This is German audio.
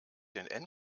den